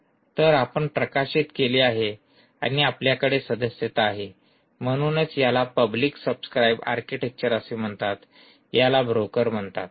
तर आपण प्रकाशित केले आहे आणि आपल्याकडे सदस्यता आहे म्हणूनच याला पब्लिक सब्सक्राइब आर्किटेक्चर असे म्हणतात याला ब्रोकर म्हणतात